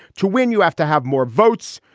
to win, you have to have more votes.